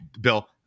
Bill